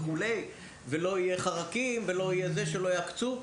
לא יהיו חרקים ולא יעקצו,